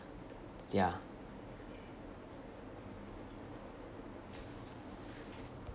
yeah